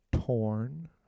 Torn